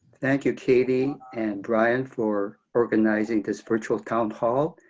thank you katie and brian for organizing this virtual town hall,